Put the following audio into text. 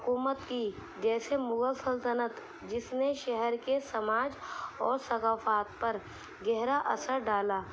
حکومت کی جیسے مغل سلطنت جس نے شہر کے سماج اور ثقافت پر گہرا اثر ڈالا